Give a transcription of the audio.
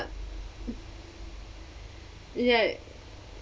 ya